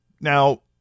now